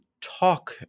talk